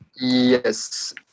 Yes